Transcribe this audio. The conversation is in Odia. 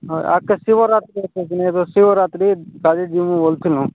ହଁ ଆଗ୍କେ ଶିବରାତ୍ରି ଅଛି ଦିନେ ଏବେ ଶିବରାତ୍ରି ତା' ଆଗେ ଯିମୁ ବୋଲ୍ଥିନୁ